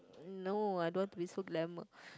no I don't want to be so glamour